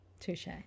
Touche